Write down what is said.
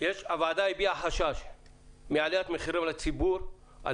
הוועדה הביעה חשש מעליית מחירים לציבור על